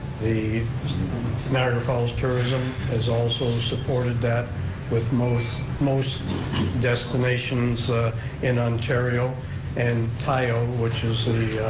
the niagara falls tourism has also supported that with most most destinations in ontario and tiao, which is the